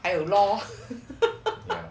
还有 lor